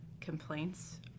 complaints